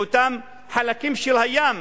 לאותם חלקים של הים,